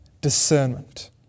discernment